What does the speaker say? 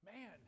Man